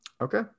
Okay